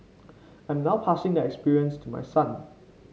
I'm now passing the experience to my son